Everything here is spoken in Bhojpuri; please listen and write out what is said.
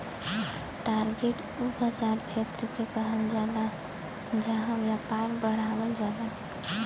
टारगेट उ बाज़ार क्षेत्र के कहल जाला जहां व्यापार बढ़ावल जाला